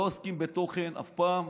לא עוסקים בתוכן אף פעם,